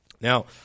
Now